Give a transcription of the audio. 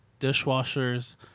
dishwashers